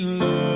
love